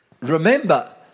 remember